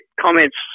comments